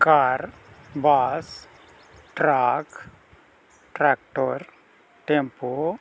car bus track tractor tempo